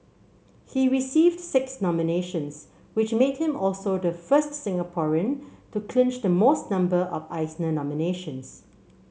he received six nominations which made him also the first Singaporean to clinch the most number of Eisner nominations